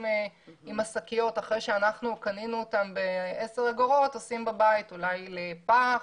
עם השקיות בבית אחרי שאנחנו קנינו אותן ב-10 אגורות אולי לפח,